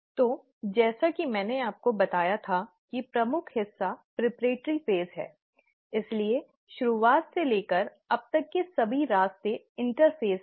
तो जैसा कि मैंने आपको बताया था कि प्रमुख हिस्सा तैयारी का चरण है इसलिए शुरुआत से लेकर अब तक के सभी रास्ते इंटरपेज़ हैं